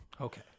Okay